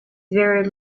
very